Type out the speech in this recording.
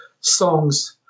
songs